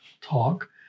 talk